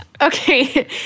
Okay